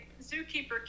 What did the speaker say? zookeeper